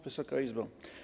Wysoka Izbo!